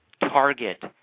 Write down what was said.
target